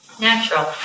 Natural